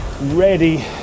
ready